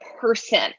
person